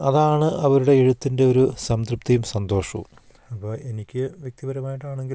അതാണ് അവരുടെ എഴുത്തിൻ്റെ ഒരു സംതൃപ്തിയും സന്തോഷവും അപ്പോൾ എനിക്ക് വ്യക്തിപരമായിട്ട് ആണെങ്കിലും